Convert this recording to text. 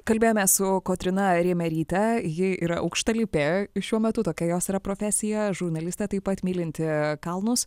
kalbėjome su kotryna reimeryte ji yra aukštalipė šiuo metu tokia jos yra profesija žurnalistė taip pat mylinti kalnus